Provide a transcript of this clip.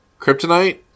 kryptonite